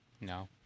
No